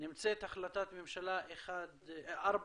נמצאת החלטת ממשלה 4618,